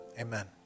amen